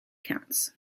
counts